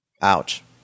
Ouch